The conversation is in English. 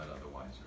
otherwise